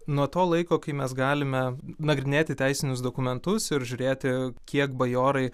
nuo to laiko kai mes galime nagrinėti teisinius dokumentus ir žiūrėti kiek bajorai